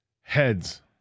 Heads